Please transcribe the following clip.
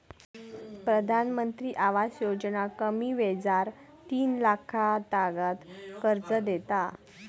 प्रधानमंत्री आवास योजना कमी व्याजार तीन लाखातागत कर्ज देता